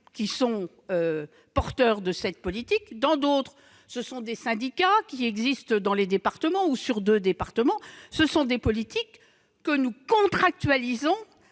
qui sont à l'initiative de cette politique ; dans d'autres, ce sont des syndicats, qui existent dans les départements ou sur deux départements. Ce sont des politiques que nous contractualisons